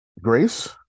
Grace